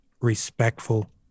respectful